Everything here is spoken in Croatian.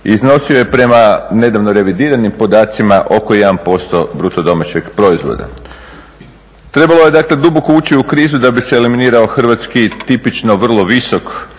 iznosio je prema nedavno revidiranim podacima oko 1% BDP-a. Trebalo je dakle duboko ući u krizu da bi se eliminirao hrvatski tipično vrlo visok